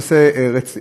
זה נושא רציני,